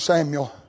Samuel